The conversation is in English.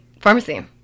pharmacy